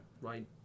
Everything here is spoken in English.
right